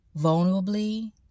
vulnerably